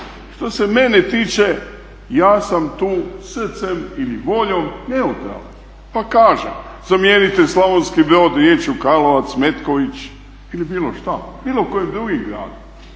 Što se mene tiče, ja sam tu srcem ili voljom neutralan pa kažem zamijenite Slavonski Brod riječju Karlovac, Metković ili bilo što, bilo koji drugi grad,